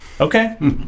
Okay